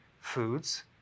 foods